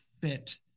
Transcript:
fit